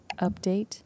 Update